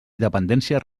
independència